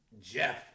Jeff